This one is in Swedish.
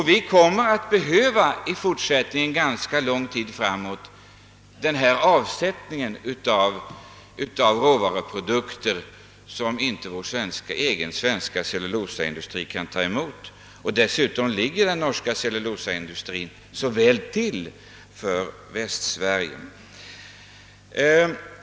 Vi kommer att för ganska lång tid framåt behöva denna avsättning av råvaruprodukter som inte vår egen svenska cellulosaindustri kan ta emot. Dessutom ligger den norska cellulosaindustrin så väl till för Västsverige.